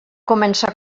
començar